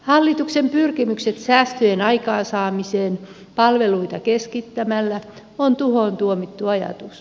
hallituksen pyrkimys säästöjen aikaansaamiseen palveluita keskittämällä on tuhoon tuomittu ajatus